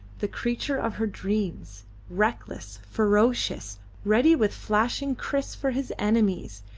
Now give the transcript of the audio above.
the creature of her dreams reckless, ferocious, ready with flashing kriss for his enemies,